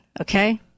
okay